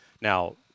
Now